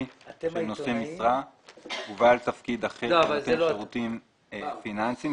של נושא משרה ובעל תפקיד אחר בנותן שירתים פיננסיים,